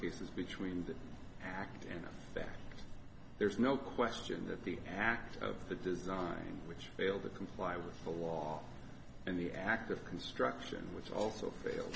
cases between the act and the fact there's no question that the act of the design which failed to comply with the law and the act of construction which also fail